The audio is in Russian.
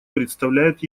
представляют